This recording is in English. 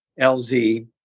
LZ